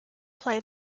play